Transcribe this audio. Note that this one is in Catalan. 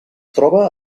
troba